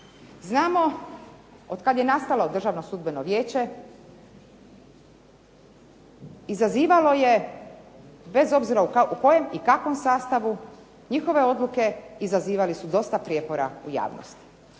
Znamo da od kada je nastalo Državno sudbeno vijeće izazivalo je bez obzira u kojem i kakvom sastavu njihove odluke izazivale su dosta prijepora u javnosti.